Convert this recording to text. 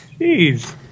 Jeez